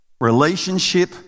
Relationship